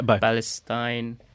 Palestine